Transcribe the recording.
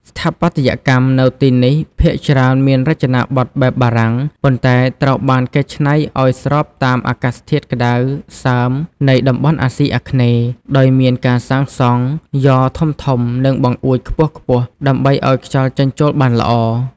ស្ថាបត្យកម្មនៅទីនេះភាគច្រើនមានរចនាប័ទ្មបែបបារាំង ប៉ុន្តែត្រូវបានកែច្នៃឱ្យស្របតាមអាកាសធាតុក្តៅសើមនៃតំបន់អាស៊ីអាគ្នេយ៍ ដោយមានការសាងសង់យ៉រធំៗ និងបង្អួចខ្ពស់ៗដើម្បីឱ្យខ្យល់ចេញចូលបានល្អ។